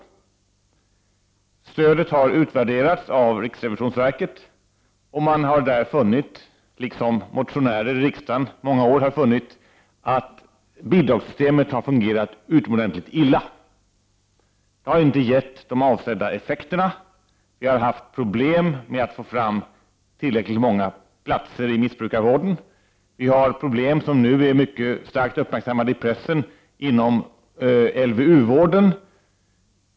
Systemet har utvärderats av riksrevisionsverket, och man har där funnit, liksom motionärerna i riksdagen i många år har funnit, att bidragssystemet har fungerat utomordentligt illa. Det har inte haft de avsedda effekterna. Vi har haft problem med att få fram tillräckligt många platser inom missbrukarvården. Vi har inom LVU-vården problem som nu är mycket starkt uppmärksammade i pressen.